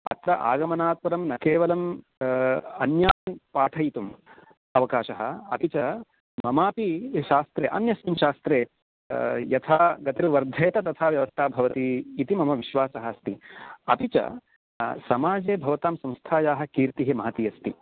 अत्र आगमनात् परं न केवलम् अन्यानि पाठयितुम् अवकाशः अपि च ममापि शास्त्रे अन्यस्मिन् शास्त्रे यथा गतिर्वर्धेत तथा व्यवस्था भवति इति मम विश्वासः अस्ति अपि च समाजे भवतां संस्थायाः कीर्तिः महती अस्ति